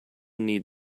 need